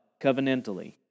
covenantally